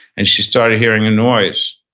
and she started hearing a noise.